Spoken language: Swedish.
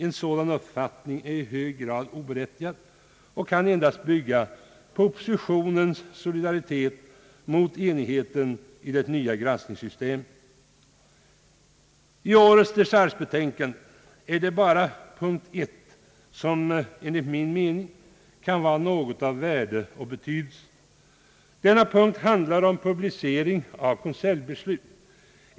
En sådan uppfattning är i hög grad oberättigad och kan endast bygga på oppositionens solidaritet när det gäller enigheten i det nya granskningssystemet. I årets dechargebetänkande är det bara punkt 1 som enligt min mening kan vara av värde och betydelse. Denna punkt handlar om publicering av konseljbeslut.